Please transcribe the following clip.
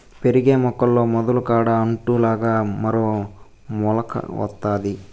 పెరిగే మొక్కల్లో మొదలు కాడ అంటు లాగా మరో మొలక వత్తాది